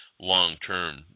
long-term